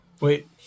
wait